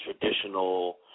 traditional